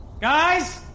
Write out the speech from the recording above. Guys